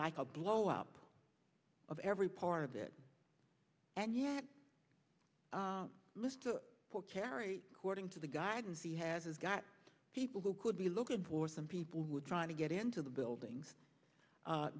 like a blowup of every part of it and yet list for cherry according to the guidance he has got people who could be looking for some people were trying to get into the buildings